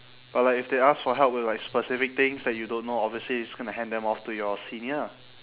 but like if they ask for help with like specific things that you don't know obviously you're just gonna hand them off to your senior